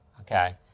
okay